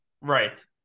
Right